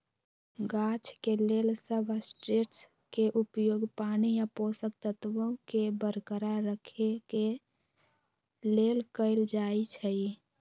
गाछ के लेल सबस्ट्रेट्सके उपयोग पानी आ पोषक तत्वोंके बरकरार रखेके लेल कएल जाइ छइ